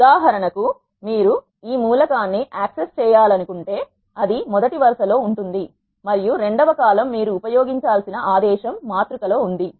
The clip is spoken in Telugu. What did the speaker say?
ఉదాహరణకు మీరు ఈ మూలకాన్ని యాక్సెస్ చేయాలనుకుంటే అది మొదటి వరుసలో ఉంటుంది మరియు రెండవ కాలమ్ మీరు ఉపయోగించాల్సిన ఆదేశం మాతృక లో ఉంది